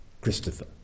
Christopher